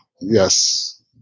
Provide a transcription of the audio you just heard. yes